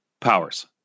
powers